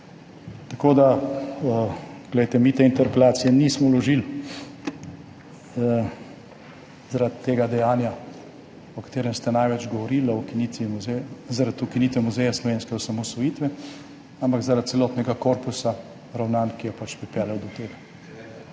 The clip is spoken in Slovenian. tiče problemov. Mi te interpelacije nismo vložili zaradi tega dejanja, o katerem ste največ govorili, zaradi ukinitve Muzeja slovenske osamosvojitve, ampak zaradi celotnega korpusa ravnanj, ki je pač pripeljal do tega.